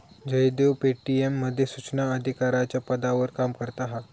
Jaydev Paytm मध्ये सुचना अधिकाराच्या पदावर काम करता हा